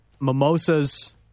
Mimosas